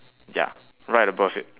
ya right above it